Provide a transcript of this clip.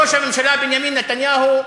ראש הממשלה בנימין נתניהו,